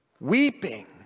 Weeping